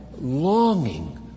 longing